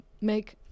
Make